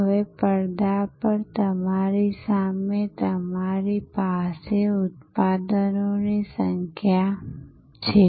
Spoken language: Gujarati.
હવે પડદા પર તમારી સામે તમારી પાસે ઉત્પાદનોની સંખ્યા છે